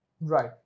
right